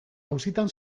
auzitan